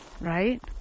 Right